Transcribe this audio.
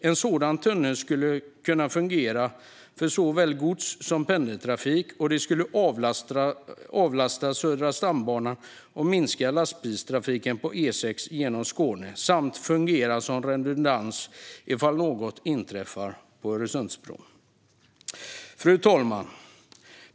En sådan tunnel skulle kunna fungera för såväl gods som pendeltrafik. Det skulle avlasta Södra stambanan och minska lastbilstrafiken på E6:an genom Skåne samt fungera som redundans om något inträffar på Öresundsbron. Fru talman!